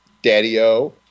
daddy-o